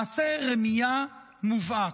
מעשה רמייה מובהק.